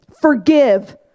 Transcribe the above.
forgive